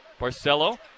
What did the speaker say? Barcelo